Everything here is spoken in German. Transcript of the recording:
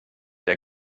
der